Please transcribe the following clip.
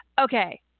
Okay